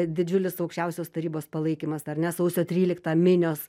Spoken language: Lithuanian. didžiulis aukščiausios tarybos palaikymas ar ne sausio tryliktą minios